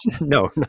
No